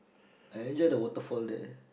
I enjoy the waterfall there